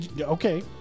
Okay